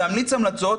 להמליץ המלצות,